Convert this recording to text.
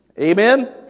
Amen